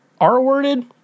R-worded